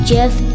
Jeff